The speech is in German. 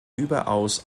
überaus